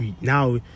now